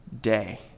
day